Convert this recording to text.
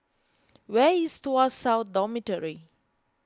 where is Tuas South Dormitory